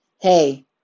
Hey